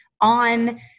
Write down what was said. on